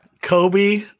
Kobe